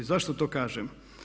Zašto to kažem?